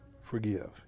forgive